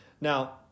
now